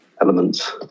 elements